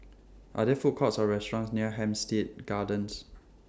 Are There Food Courts Or restaurants near Hampstead Gardens